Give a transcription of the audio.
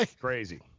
Crazy